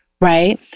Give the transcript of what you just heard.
right